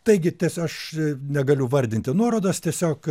taigi tęsiu aš negaliu vardinti nuorodos tiesiog